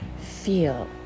feel